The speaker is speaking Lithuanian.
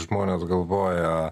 žmonės galvoja